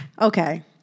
okay